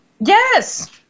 Yes